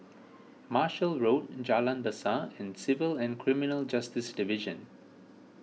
Marshall Road Jalan Besar and Civil and Criminal Justice Division